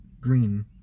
green